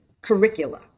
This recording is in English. curricula